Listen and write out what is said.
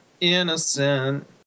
innocent